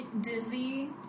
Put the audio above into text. Dizzy